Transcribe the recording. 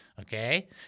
Okay